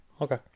Okay